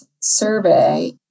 survey